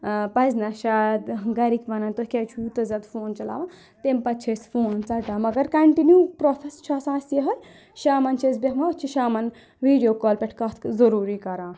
پزِنٕہ اَسہِ شایَد گَرِکۍ وَنَن تُہۍ کیازِ چھُو یوٗتاہ زیادٕ فون چَلاوان تمہِ پَتہٕ چھِ أسۍ فون ژَٹان مگر کَنٹِنیٚو پرٛافیس چھُ آسان اَسہِ یِہٕے شامَن چھِ أسۍ بیٚہوان أسۍ چھِ شامَن ویٖڈیو کال پؠٹھ کَتھ ضوٚروٗری کَران